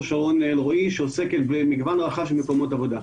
שרון אלרעי שעוסקת במגוון רחב של מקומות עבודה.